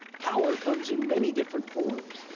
power comes in many different forms.